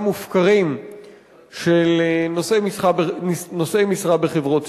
מופקרים של נושאי משרה בחברות ציבוריות.